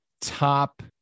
top